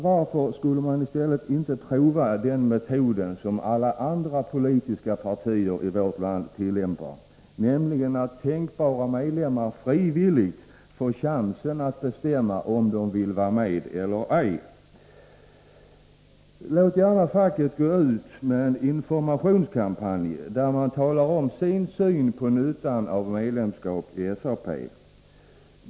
Varför skulle man i stället inte prova den metod som alla andra politiska partier i vårt land tillämpar, nämligen att tänkbara medlemmar får chansen att frivilligt bestämma om de vill vara med eller ej? Låt facket gå ut med en informationskampanj, där man talar om sin syn på medlemskap i SAP.